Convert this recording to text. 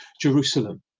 Jerusalem